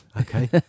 okay